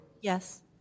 Yes